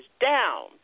down